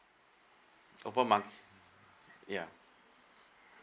open market ya